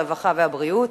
הרווחה והבריאות